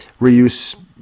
Reuse